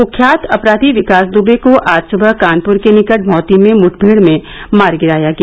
कुख्यात अपराधी विकास दूबे को आज सुबह कानपुर के निकट भौती में मुठनेड़ में मार गिराया गया